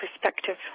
perspective